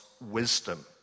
wisdom